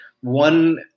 one